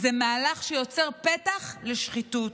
זה מהלך שיוצר פתח לשחיתות.